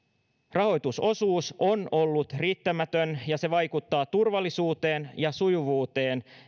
rahoitusosuus on ollut riittämätön ja se vaikuttaa turvallisuuteen ja sujuvuuteen